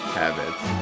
habits